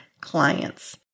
clients